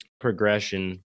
progression